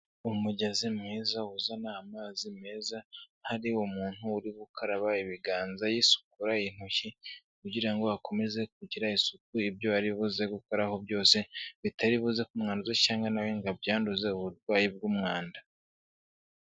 Umugezi mwiza uzana amazi meza, hari umuntu uri gukaraba ibiganza yisukura intoki kugira ngo akomeze kugira isuku, ibyo aribuze gukoraho byose bitaribuze kumwanduza cyangwa na we ngo abyanduze uburwayi bw'umwanda.